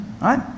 right